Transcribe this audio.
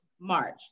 March